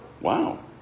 Wow